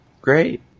great